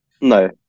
No